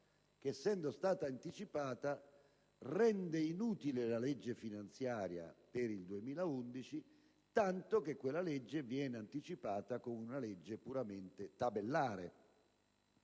essendo stata anticipata, rende inutile la legge finanziaria per il 2011, tanto che quest'ultima legge viene anticipata come una legge puramente tabellare.